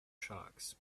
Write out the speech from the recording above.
sharks